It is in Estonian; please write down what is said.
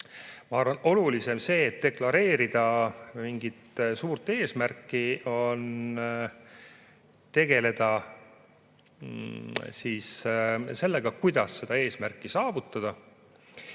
üle andis. Olulisem, kui deklareerida mingit suurt eesmärki, on tegeleda sellega, kuidas seda eesmärki saavutada.